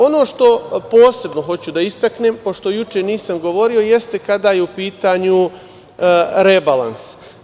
Ono što posebno hoću da istaknem, pošto juče nisam govorio, jeste kada je u pitanju rebalans.